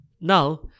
Now